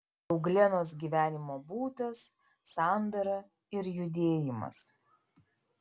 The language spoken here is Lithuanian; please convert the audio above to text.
euglenos gyvenimo būdas sandara ir judėjimas